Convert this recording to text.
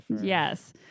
Yes